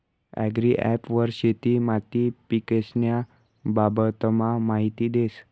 agri app वर शेती माती पीकेस्न्या बाबतमा माहिती देस